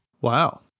Wow